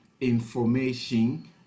information